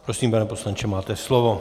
Prosím, pane poslanče, máte slovo.